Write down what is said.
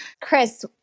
Chris